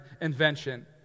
invention